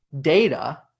data